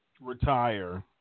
retire